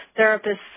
therapists